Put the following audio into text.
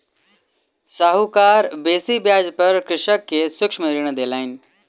साहूकार बेसी ब्याज पर कृषक के सूक्ष्म ऋण देलैन